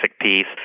piece